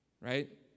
Right